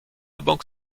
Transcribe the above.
banque